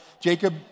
Jacob